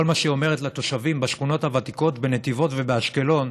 כל מה שהיא אומרת לתושבים בשכונות הוותיקות בנתיבות ובאשקלון: